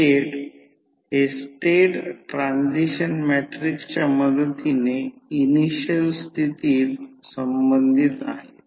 तर आता turn ratio 81 दिला आहे म्हणजे ते N1 N2 आहे म्हणजे याचा अर्थ जेव्हा जेव्हा ते 81 असे दिले जाते याचा अर्थ ते N1 N2 81 आहे